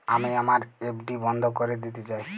আমি আমার এফ.ডি বন্ধ করে দিতে চাই